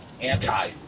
anti